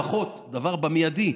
לפחות במיידי,